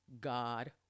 God